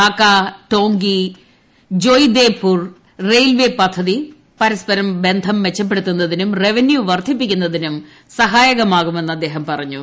Dhaka Tongi Joydebpur railway പദ്ധതി പരസ്പരം ബന്ധം മെച്ചപ്പെടുത്തുന്നതിനും റവന്യൂ വർദ്ധിപ്പിക്കുന്നതിനും സഹായകമാകുമെന്ന് അദ്ദേഹം പറഞ്ഞു